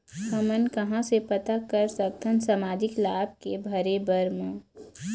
हमन कहां से पता कर सकथन सामाजिक लाभ के भरे बर मा?